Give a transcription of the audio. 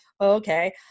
okay